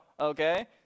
Okay